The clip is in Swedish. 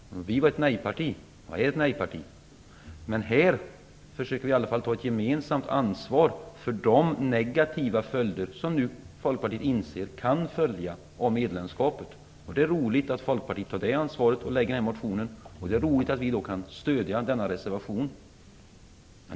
Vi är ett nej-parti. Men här försöker vi ta ett gemensamt ansvar för de negativa effekter som Folkpartiet inser kan följa av medlemskapet. Det är roligt att Folkpartiet tar det ansvaret och har väckt den här motionen, och det är roligt att vi kan stödja den här reservationen.